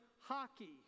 hockey